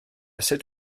sut